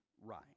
right